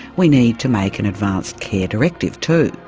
we need to make an advanced care directive too.